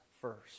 first